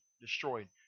destroyed